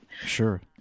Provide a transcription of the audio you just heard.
Sure